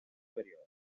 período